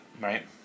right